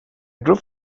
group